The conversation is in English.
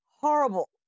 horrible